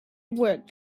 work